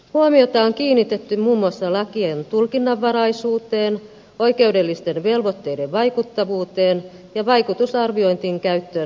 huomiota on kiinnitetty muun muassa lakien tulkinnanvaraisuuteen oikeudellisten velvoitteiden vaikuttavuuteen ja vaikutusarviointien käyttöön lainsäädän tötyössä